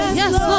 yes